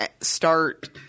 start